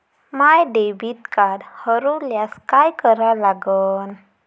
माय debit card हरोल्यास काय करा लागन?